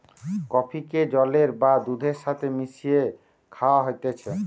কফিকে জলের বা দুধের সাথে মিশিয়ে খায়া হতিছে